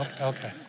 Okay